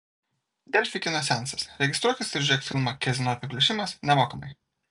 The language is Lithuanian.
delfi kino seansas registruokis ir žiūrėk filmą kazino apiplėšimas nemokamai